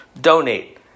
donate